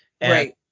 Right